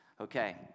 Okay